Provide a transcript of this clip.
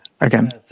Again